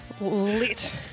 lit